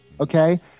okay